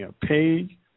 pay